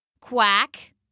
Quack